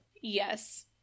Yes